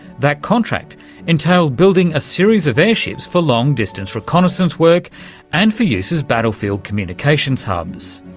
that contract entailed building a series of airships for long-distance reconnaissance work and for use as battlefield communications hubs.